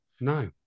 No